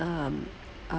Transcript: um